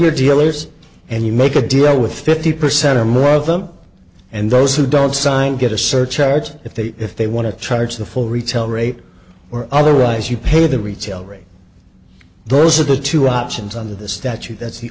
your dealers and you make a deal with fifty percent or more of them and those who don't sign get a surcharge if they if they want to charge the full retail rate or otherwise you pay the retail rate those are the two options under the statute that's the